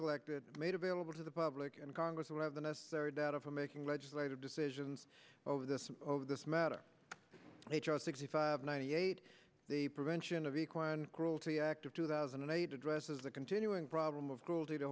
collected made available to the public and congress will have the necessary data for making legislative decisions over this over this matter h r sixty five ninety eight the prevention of equine cruelty act of two thousand and eight addresses the continuing problem of cruelty to